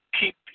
keep